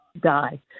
die